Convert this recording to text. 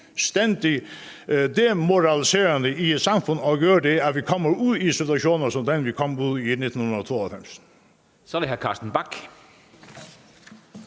fuldstændig demoraliserende for et samfund og gør, at vi kommer ud i situationer som den, vi kom ud i 1992.